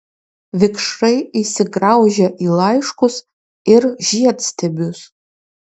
vikšrai įsigraužia į laiškus ir žiedstiebius